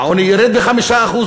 העוני ירד ב-5%,